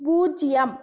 பூஜ்ஜியம்